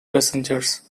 passengers